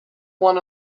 won